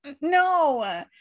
no